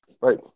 Right